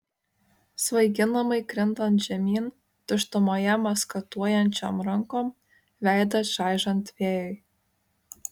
svaiginamai krintant žemyn tuštumoje maskatuojančiom rankom veidą čaižant vėjui